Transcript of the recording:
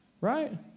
right